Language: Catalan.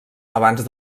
abans